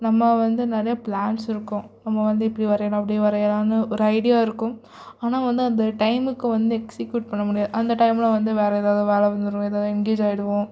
நம்ம வந்து நிறையா பிளான்ஸ் இருக்கும் நம்ம வந்து இப்படி வரையலாம் அப்படி வரையலாம்னு ஒரு ஐடியா இருக்கும் ஆனால் வந்து அந்த டைமுக்கு வந்து எக்சிகியூட் பண்ண முடியாது அந்த டைமில் வந்து வேறு ஏதாவது வேலை வந்துடும் ஏதாவது என்கேஜ் ஆயிடுவோம்